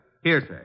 Hearsay